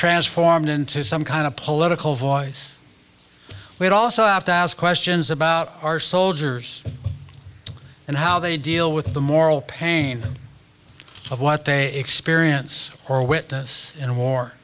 transformed into some kind of political voice we also have to ask questions about our soldiers and how they deal with the moral pain of what they experience or witness in war